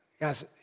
Guys